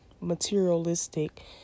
materialistic